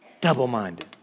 double-minded